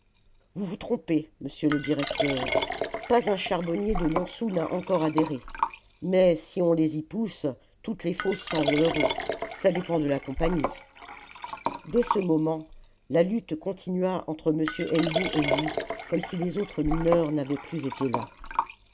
vous vous trompez monsieur le directeur pas un charbonnier de montsou n'a encore adhéré mais si on les y pousse toutes les fosses s'enrôleront ça dépend de la compagnie dès ce moment la lutte continua entre m hennebeau et lui comme si les autres mineurs n'avaient plus été là